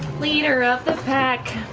leader of the pack.